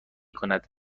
کند